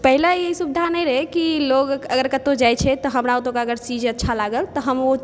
पहिल ई सुविधा नहि रहै कि लोग अगर कतौ जाइ छै तऽ हमरा ओतुका अगर चीज अच्छा लागल तऽ हम